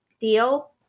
Deal